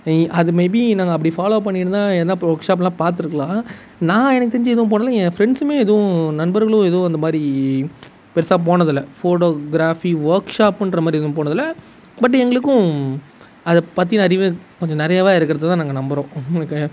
அது maybe நாங்கள் அப்படி ஃபாலோ பண்ணியிருந்தா எதுனா ஒர்க்ஷாப்லாம் பாத்திருக்கலாம் நான் எனக்கு தெரிஞ்சு எதுவும் போனதில்லை என் ஃப்ரெண்ட்ஸும் எதுவும் நண்பர்களும் எதுவும் அந்த மாதிரி பெருசாக போனதில்லை ஃபோட்டோகிராஃபி ஒர்க்ஷாப்புன்ற மாதிரி எதுவும் போனதில்லை பட் எங்களுக்கும் அதை பற்றின அறிவு கொஞ்சம் நெறையா இருக்கிறதா தான் நாங்கள் நம்புகிறோம் உங்களுக்கு